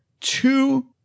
two